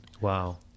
Wow